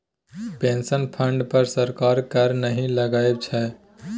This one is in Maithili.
पेंशन फंड पर सरकार कर नहि लगबै छै